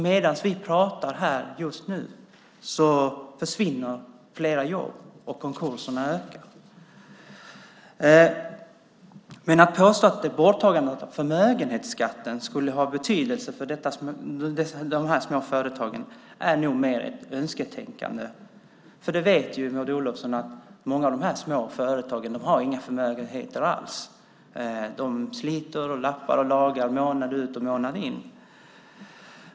Medan vi pratar försvinner flera jobb och konkurserna ökar. Att borttagandet av förmögenhetsskatten skulle ha betydelse för de små företagen är dock nog mest önsketänkande. Maud Olofsson vet ju att många av dessa små företag inte har några förmögenheter alls. De sliter och lappar och lagar månad ut och månad in.